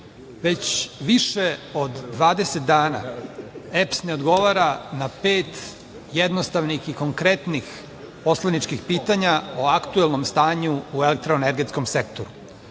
više od 20 dana EPS ne odgovara na pet jednostavnih i konkretnih poslaničkih pitanja o aktuelnom stanju u elektroenergetskom sektoru. Koju